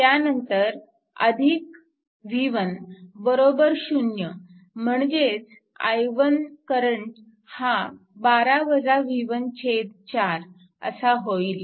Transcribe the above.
त्यानंतर v1 बरोबर 0 म्हणजेच i1 करंट हा 4 असा होईल